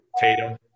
Tatum